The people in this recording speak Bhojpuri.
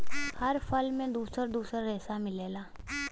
हर फल में दुसर दुसर रेसा मिलेला